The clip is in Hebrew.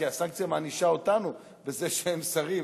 כי הסנקציה מענישה אותנו על זה שאין שרים.